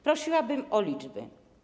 Prosiłabym o liczby.